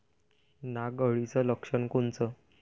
नाग अळीचं लक्षण कोनचं?